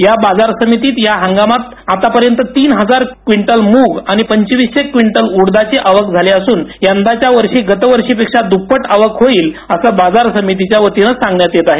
या बाजार समितीत या हंगामात आतापर्यंत तीन हजार क्विंटल मूग आणि पंचविशे क्विंटल उडीदाची आवक झाली असून यंदाच्या वर्षी गतवर्षापेक्षा दुपट्टीने आवक होईल असे बाजार समितीच्या वतीने सांगण्यात येत आहे